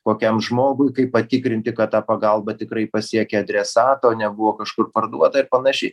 kokiam žmogui kaip patikrinti kad ta pagalba tikrai pasiekė adresatą o nebuvo kažkur parduota ir panašiai